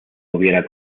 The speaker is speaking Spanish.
hubiera